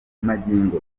magingo